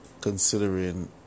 considering